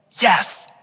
Yes